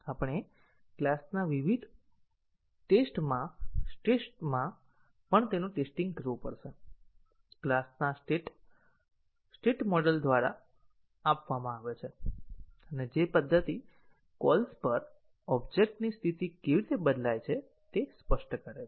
આપણે ક્લાસના વિવિધ સ્ટેટમાં પણ તેનું ટેસ્ટીંગ કરવું પડશે ક્લાસના સ્ટેટ સ્ટેટ મોડેલ દ્વારા આપવામાં આવે છે અને જે પદ્ધતિ કોલ્સ પર ઓબ્જેક્ટની સ્થિતિ કેવી રીતે બદલાય છે તે સ્પષ્ટ કરે છે